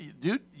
Dude